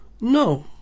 no